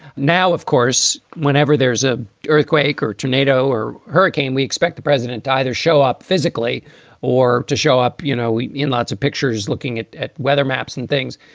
now, of course, whenever there's a earthquake or tornado or hurricane, we expect the president to either show up physically or to show up, you know, in lots of pictures looking at at weather maps and things.